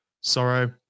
Sorrow